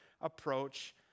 approach